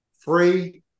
free